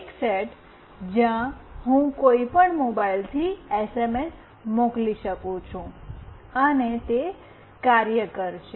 એક સેટ જ્યાં હું કોઈપણ મોબાઇલથી એસએમએસ મોકલી શકું છું અને તે કાર્ય કરશે